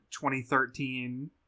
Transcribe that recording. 2013